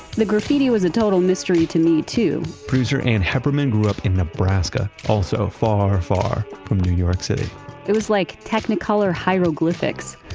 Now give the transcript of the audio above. the graffiti was a total mystery to me, too. producer ann heppermann grew up in nebraska. also far, far from new york city they were like, technicolor hieroglyphics.